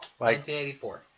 1984